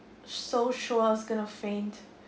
so sure was going to faint